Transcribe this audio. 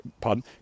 pardon